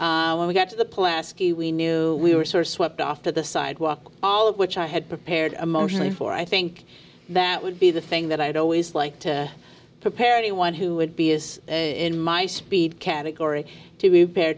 when we got to the pool ascii we knew we were sort of swept off to the sidewalk all of which i had prepared emotionally for i think that would be the thing that i'd always like to prepare anyone who would be is in my speed category to be pair